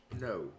No